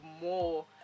more